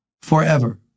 forever